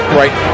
right